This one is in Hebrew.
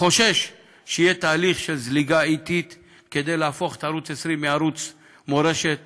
חושש שיהיה תהליך של זליגה אטית כדי להפוך את ערוץ 20 מערוץ מורשת